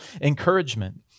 encouragement